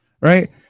right